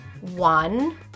One